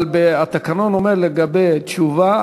אבל התקנון אומר לגבי תשובה,